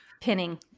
pinning